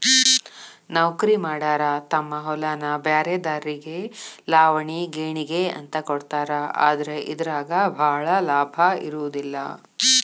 ನೌಕರಿಮಾಡಾರ ತಮ್ಮ ಹೊಲಾನ ಬ್ರ್ಯಾರೆದಾರಿಗೆ ಲಾವಣಿ ಗೇಣಿಗೆ ಅಂತ ಕೊಡ್ತಾರ ಆದ್ರ ಇದರಾಗ ಭಾಳ ಲಾಭಾ ಇರುದಿಲ್ಲಾ